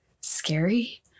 scary